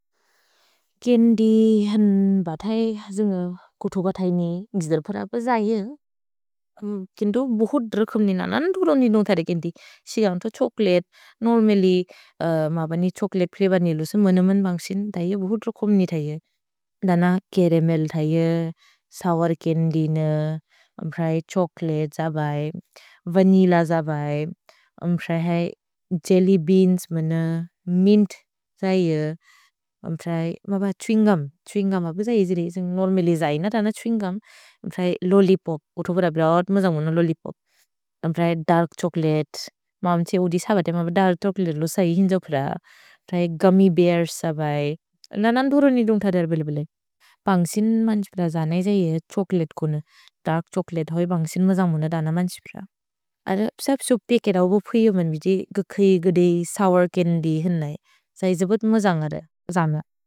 केन्दि हन् ब थै जुन्ग कुतोक थै ने, न्जिदर् फोर ब जये। केन्दु बुहुत् रुकुम्नि न, ननदुरोनि नोन् थरे केन्दि। सिगौन्त, त्क्सोक्लेत्, नोर्मल्ल्य् म बनि त्क्सोक्लेत् प्रेब निलुसे, मन-मन बन्सिन्, थैये, बुहुत् रुकुम्नि थैये। दन चरमेल् थैये, सोउर् चन्द्य् न, अम्प्रए त्क्सोक्लेत् जबै, वनिल्ल जबै, अम्प्रए है जेल्ल्य् बेअन्स् मन, मिन्त् थैये। अम्प्रए म ब छेविन्ग् गुम्, छेविन्ग् गुम् हकु जये जिदे, जुन्ग नोर्मल्ल्य् जये न, दन छेविन्ग् गुम्। अम्प्रए लोल्लिपोप्, उतोपोर प्रेब ओत् म जन्गुन लोल्लिपोप्। अम्प्रए दर्क् त्क्सोक्लेत्, माम् त्से ओदिश ब थे, म ब दर्क् त्क्सोक्लेत् लो सहि हिन्ज फोर। प्रए गुम्म्य् बेअर्स् जबै, ननदुरोनि नोन् थरे बेले-बेले। भन्सिन् मन् त्क्सोक्ल जने जये त्क्सोक्लेत् कुने, दर्क् त्क्सोक्लेत् होइ बन्सिन् म जन्गुन दन मन् त्क्सोक्ल। अर प्स प्सो पेके र वोपु इउ मन् बिजि, गुखि गुदि, सोउर् चन्द्य् हिनै, जये जिबुत् म जन्गर, जम।